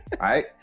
right